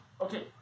Okay